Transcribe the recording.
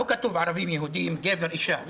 לא כתוב ערבים, יהודים, גבר אישה.